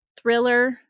thriller